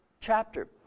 chapter